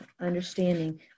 understanding